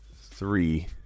three